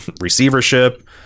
receivership